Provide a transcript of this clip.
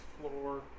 floor